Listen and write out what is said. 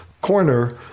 corner